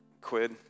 quid